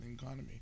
economy